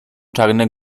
czarne